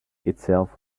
itself